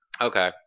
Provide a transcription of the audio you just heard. Okay